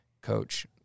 Coach